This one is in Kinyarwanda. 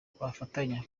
twafatanya